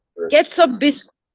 get some bisc.